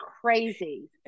crazy